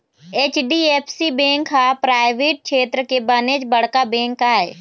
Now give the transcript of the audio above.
HDFC bank ह private छेत्र के बनेच बड़का बेंक आय